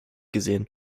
gesehen